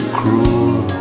cruel